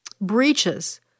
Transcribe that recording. breaches